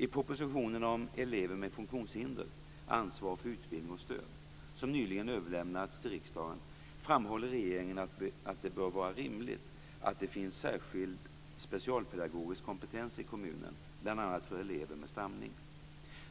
I propositionen Elever med funktionshinder - ansvar för utbildning och stöd, som nyligen överlämnats till riksdagen, framhåller regeringen att det bör vara rimligt att det finns särskild specialpedagogisk kompetens i kommunen bl.a. för elever med stamning.